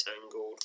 tangled